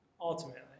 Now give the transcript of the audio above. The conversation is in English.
Ultimately